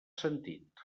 sentit